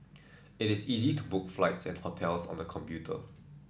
it is easy to book flights and hotels on the computer